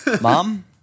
mom